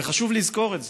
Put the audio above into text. וחשוב לזכור את זה: